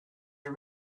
are